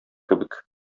кебек